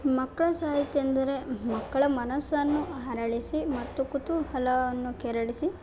ಮಕ್ಕಳ ಸಾಹಿತ್ಯ ಎಂದರೆ ಮಕ್ಕಳ ಮನಸ್ಸನ್ನು ಅರಳಿಸಿ ಮತ್ತು ಕುತೂಹಲವನ್ನು ಕೆರಳಿಸಿ